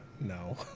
no